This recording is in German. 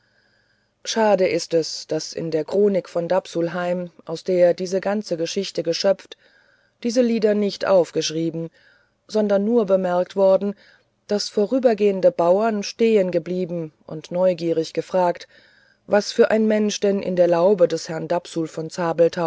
schade ist es daß in der chronik von dapsulheim aus der diese ganze geschichte geschöpft diese lieder nicht aufgeschrieben sondern nur bemerkt worden daß vorübergehende bauern stehengeblieben und neugierig gefragt was für ein mensch denn in der laube des herrn dapsul von